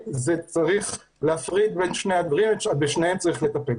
צריך להפריד בין שני הדברים ובשניהם צריך לטפל.